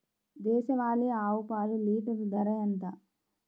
దేశవాలీ ఆవు పాలు లీటరు ధర ఎంత?